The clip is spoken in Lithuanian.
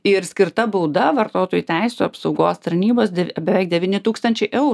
ir skirta bauda vartotojų teisių apsaugos tarnybos beveik devyni tūkstančiai eurų